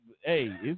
Hey